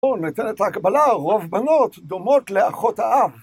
פה ניתנת ההקבלה רוב בנות דומות לאחות האב